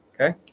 okay